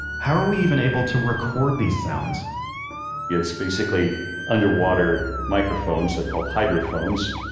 how were we even able to record these sounds it's basically underwater microphones, they're called hydrophones.